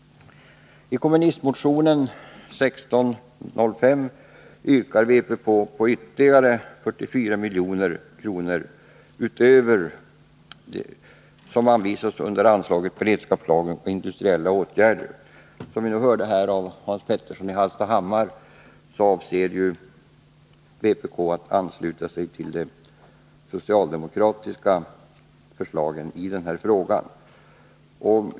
Som vi nu hörde av Hans Petersson i Hallstahammar avser vpk att ansluta sig till det socialdemokratiska förslaget i den här frågan.